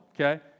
okay